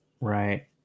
Right